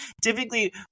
Typically